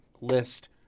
list